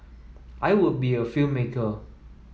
I would be a filmmaker